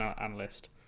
analyst